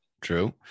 true